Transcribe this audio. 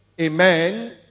Amen